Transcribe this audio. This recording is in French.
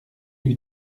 eût